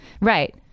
right